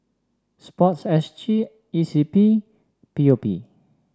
sport S G E C P and P O P